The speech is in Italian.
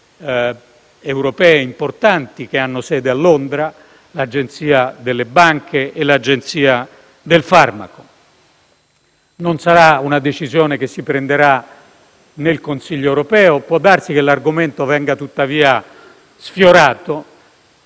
europee importanti che hanno sede a Londra: l'Agenzia delle banche e quella del farmaco. Non sarà una decisione che si prenderà nel Consiglio europeo, ma può darsi che l'argomento venga tuttavia sfiorato